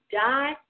die